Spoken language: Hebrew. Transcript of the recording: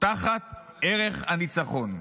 תחת ערך הניצחון.